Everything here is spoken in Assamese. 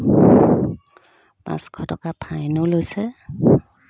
পাঁচশ টকা ফাইনো লৈছে